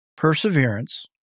perseverance